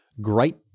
Great